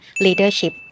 leadership